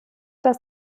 dass